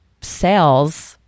sales